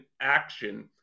action